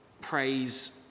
praise